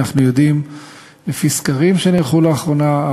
אנחנו יודעים לפי סקרים שנערכו לאחרונה,